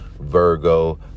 Virgo